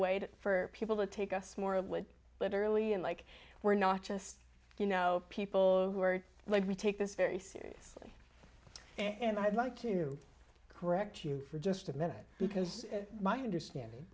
way to for people to take us more of would literally in like we're not just you know people who are like we take this very serious and i'd like to correct you for just a minute because my understanding